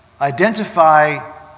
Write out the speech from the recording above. Identify